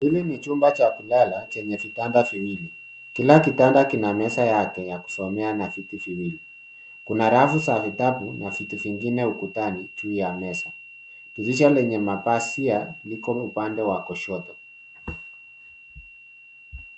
Hili ni chumba cha kulala chenye vitanda viwili, kila kitanda kina meza yake ya kusomea na viti viwilli. Kuna rafu za vitabu na vitu vingine ukutani juu ya meza. Dirisha lenye mapazia liko upande wa kushoto.